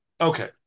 Okay